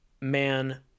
Man